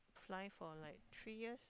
fly for like three years